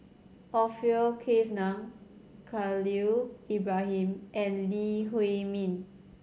Orfeur Cavenagh Khalil Ibrahim and Lee Huei Min